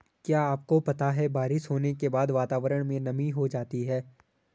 क्या आपको पता है बारिश होने के बाद वातावरण में नमी हो जाती है?